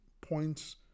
points